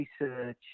research